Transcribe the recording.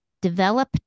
develop